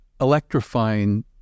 electrifying